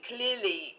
Clearly